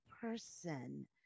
person